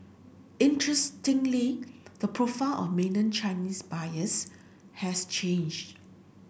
interestingly the profile of mainland Chinese buyers has changed